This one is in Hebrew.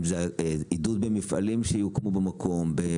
אם זה עידוד במפעלים שיוקמו במקום,